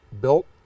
built